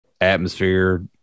atmosphere